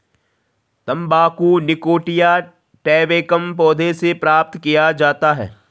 तंबाकू Nicotiana tabacum पौधे से प्राप्त किया जाता है